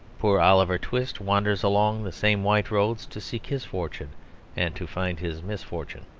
poor oliver twist wanders along the same white roads to seek his fortune and to find his misfortune.